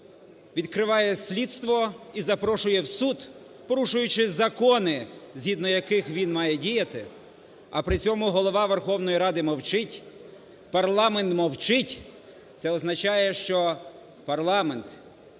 відкриває слідство і запрошує в суд, порушуючи закони, згідно яких він має діяти, а при цьому Голова Верховної Ради мовчить, парламент мовчить. Це означає, що парламент є